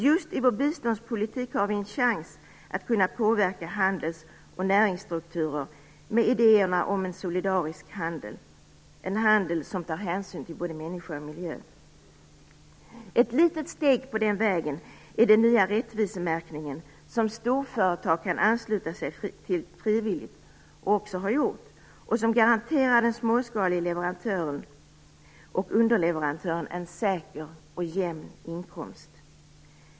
Just i vår biståndspolitik har vi en chans att kunna påverka handels och näringsstrukturer med idéerna om en solidarisk handel, en handel som tar hänsyn till både människan och miljön. Ett litet steg på den vägen är den nya rättvisemärkningen som storföretag frivilligt kan ansluta sig till, vilket de också har gjort. Den garanterar den småskalige leverantören och underleverantören en säker och jämn inkomst.